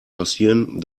passieren